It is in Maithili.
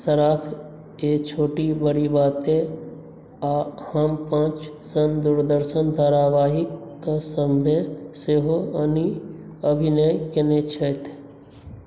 सराफ ये छोटी बड़ी बातें आ हम पाँच सन दूरदर्शन धारावाहिकसभमे सेहो अनिअभिनय कयने छथि